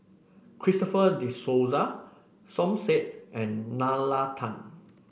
Christopher De Souza Som Said and Nalla Tan